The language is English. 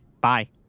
Bye